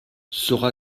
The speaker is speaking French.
sera